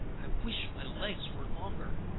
i wish my legs were longer!